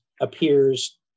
appears